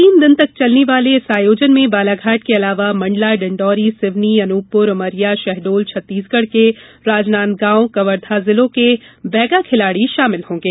तीन दिन तक चलने वाले इस आयोजन में बालाघाट के अलावा मंडला डिंडोरी सिवनी अनुपप्र उमरिया शहडोल छत्तीसगढ के राजनांदगांव कवर्धा जिलों के बैगा खिलाडी शामिल होंगे